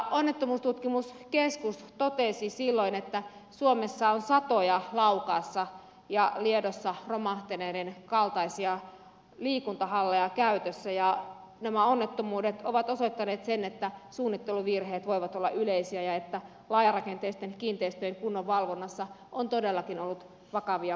onnettomuustutkimuskeskus totesi silloin että suomessa on satoja laukaassa ja liedossa romahtaneiden kaltaisia liikuntahalleja käytössä ja nämä onnettomuudet ovat osoittaneet sen että suunnitteluvirheet voivat olla yleisiä ja että laajarakenteisten kiinteistöjen kunnon valvonnassa on todellakin ollut vakavia puutteita